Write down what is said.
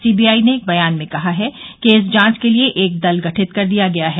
CBI ने एक बयान में कहा है कि इस जांच के लिए एक दल गठित कर दिया गया है